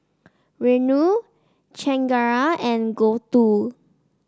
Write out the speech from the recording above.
Renu Chengara and Gouthu